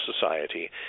society